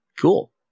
Cool